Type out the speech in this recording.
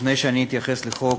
לפני שאני אתייחס לחוק,